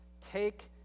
Take